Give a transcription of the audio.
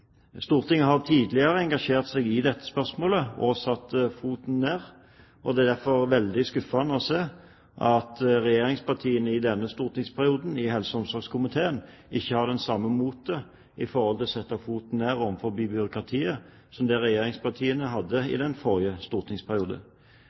Stortinget har tidligere engasjert seg i dette spørsmålet og satt foten ned, og det er derfor veldig skuffende å se at regjeringspartiene i helse- og omsorgskomiteen i denne stortingsperioden ikke har det samme motet til å sette foten ned overfor byråkratiet som det regjeringspartiene hadde